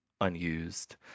unused